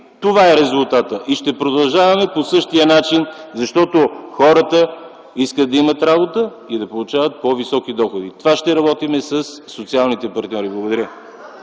Това е резултатът и ще продължаваме по същия начин, защото хората искат да имат работа и да получават по-високи доходи. Това ще работим със социалните партньори. Благодаря.